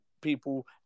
people